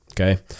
Okay